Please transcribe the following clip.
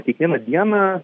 kiekvieną dieną